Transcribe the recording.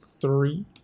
three